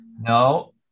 No